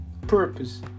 purpose